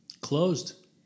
Closed